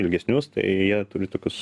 ilgesnius tai jie turi tokius